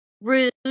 Rude